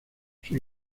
sus